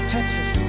Texas